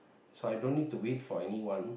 so I don't need to wait for anyone